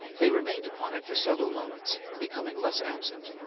they remained upon it for several moments, becoming less absent.